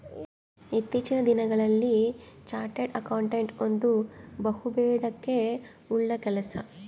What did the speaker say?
ಇತ್ತೀಚಿನ ದಿನಗಳಲ್ಲಿ chartered accountant ಒಂದು ಬಹುಬೇಡಿಕೆ ಉಳ್ಳ ಕೆಲಸ